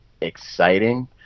exciting